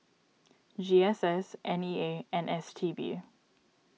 G S S N E A and S T B